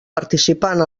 participant